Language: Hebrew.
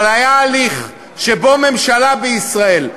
אבל היה הליך שבו ממשלה בישראל,